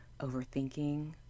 overthinking